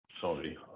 Sorry